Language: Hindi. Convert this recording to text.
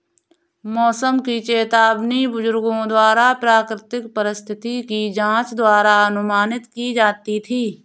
मौसम की चेतावनी बुजुर्गों द्वारा प्राकृतिक परिस्थिति की जांच द्वारा अनुमानित की जाती थी